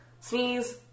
sneeze